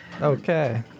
okay